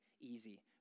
easy